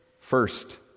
First